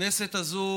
הכנסת הזאת,